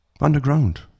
Underground